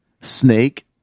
snake